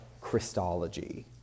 Christology